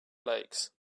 lakes